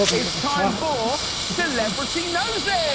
it's time for celebrity noses!